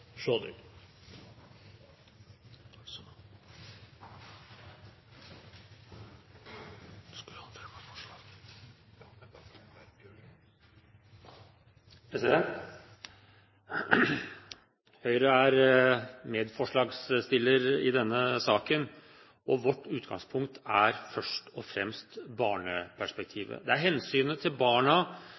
medforslagsstiller i denne saken. Vårt utgangspunkt er først og fremst barneperspektivet. Det er hensynet til barna